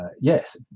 yes